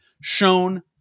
shown